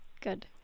Good